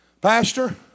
Pastor